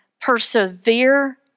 Persevere